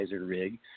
rig